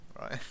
right